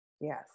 Yes